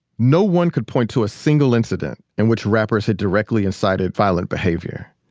no one could point to a single incident in which rappers had directly incited violent behavior.